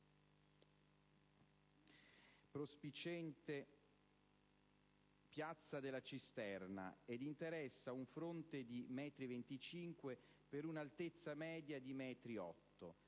prospiciente piazza della Cisterna ed interessa un fronte di metri 25 per una altezza media di metri 8.